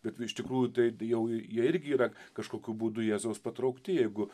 bet iš tikrųjų tai jau jie irgi yra kažkokiu būdu jėzaus patraukti jeigu